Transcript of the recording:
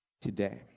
today